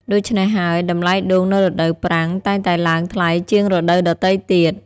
ដូច្នេះហើយ តម្លៃដូងនៅរដូវប្រាំងតែងតែឡើងថ្លៃជាងរដូវដទៃទៀត។